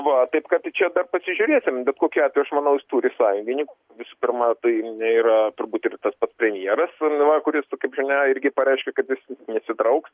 va taip kad čia dar pasižiūrėsim bet kokiu atveju aš manau jis turi sąjunginin visų pirma tai nėra turbūt ir tas pats premjeras nu va kuris su kaip žinia irgi pareiškė kad jis nesitrauks